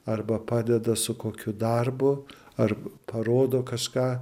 arba padeda su kokiu darbu ar parodo kažką